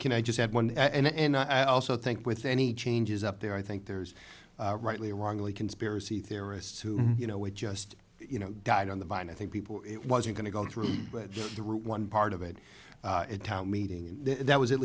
can i just have one and i also think with any changes up there i think there's rightly or wrongly conspiracy theorists who you know we just you know died on the vine i think people it wasn't going to go through but through one part of it at town meeting and that was at